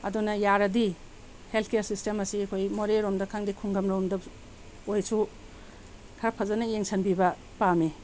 ꯑꯗꯨꯅ ꯌꯥꯔꯗꯤ health care system ꯑꯁꯤ ꯑꯩꯈꯣꯏ ꯃꯣꯔꯦ ꯔꯣꯝꯗ ꯈꯪꯗꯦ ꯈꯨꯡꯒꯪ ꯂꯣꯝꯗ ꯑꯣꯏꯔꯁꯨ ꯈꯔ ꯐꯖꯅ ꯌꯦꯡꯁꯤꯟꯕꯤꯕ ꯄꯥꯝꯃꯤ